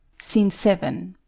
scene seven.